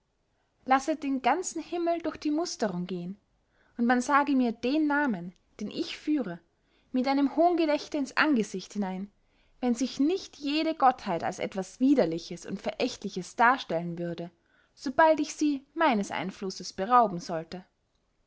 lasset den ganzen himmel durch die musterung gehen und man sage mir den namen den ich führe mit einem hohngelächter ins angesicht hinein wenn sich nicht jede gottheit als etwas widerliches und verächtliches darstellen würde sobald ich sie meines einflusses berauben sollte